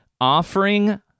Offering